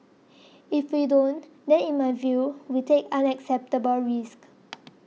if we don't then in my view we take unacceptable risks